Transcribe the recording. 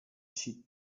she